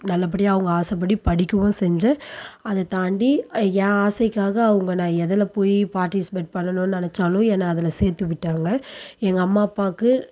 நல்லபடியாக அவங்க ஆசை படி படிக்கவும் செஞ்சேன் அதை தாண்டி என் ஆசைக்காக அவங்க நான் எதில் போய் பார்ட்டிசிபேட் பண்ணணும்னு நெனைச்சாலும் என்னை அதில் சேர்த்துவிட்டாங்க எங்கள் அம்மா அப்பாவுக்கு